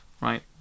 Right